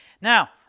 Now